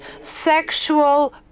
sexual